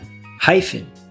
hyphen